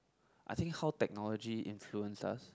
I think how technology influence us